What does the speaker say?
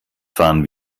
fahren